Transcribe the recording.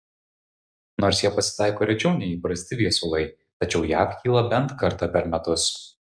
nors jie pasitaiko rečiau nei įprasti viesulai tačiau jav kyla bent kartą per metus